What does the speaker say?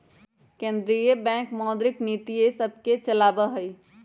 केंद्रीय बैंक मौद्रिक नीतिय सभके चलाबइ छइ